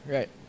Right